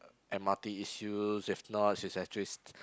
m_r_t issues if not she's actually s~